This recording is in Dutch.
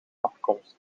afkomst